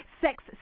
sex